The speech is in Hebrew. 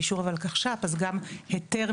אבקש את זה אפילו ולכן וגם לא ביקשנו,